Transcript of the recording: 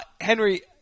Henry